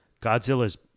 Godzilla's